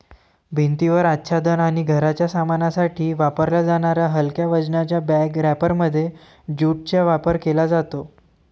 भिंतीवर आच्छादन आणि घराच्या सामानासाठी वापरल्या जाणाऱ्या हलक्या वजनाच्या बॅग रॅपरमध्ये ज्यूटचा वापर केला जातो